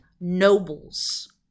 nobles